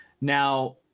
Now